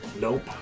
Nope